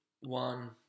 one